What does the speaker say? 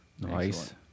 Nice